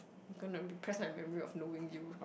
gonna repress my memory of knowing you